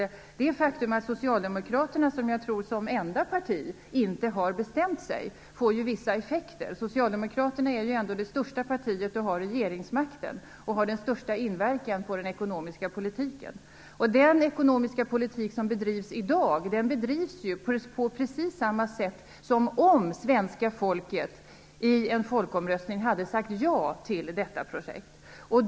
Det faktum att socialdemokraterna - som jag tror som enda parti - inte har bestämt sig får ju vissa effekter. Socialdemokraterna är ändå det största partiet, som har regeringsmakten och det största inflytandet över den ekonomiska politiken. Den ekonomiska politik som bedrivs i dag bedrivs ju precis som om svenska folket i en folkomröstning hade sagt ja till detta projekt.